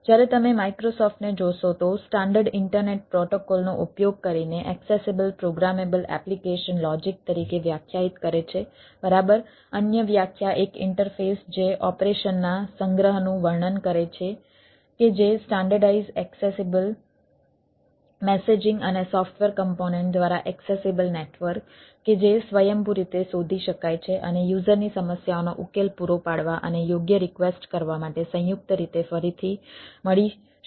જ્યારે તમે માઇક્રોસોફ્ટ કરવા માટે સંયુક્ત રીતે ફરીથી મળી શકે છે